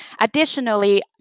Additionally